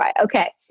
Okay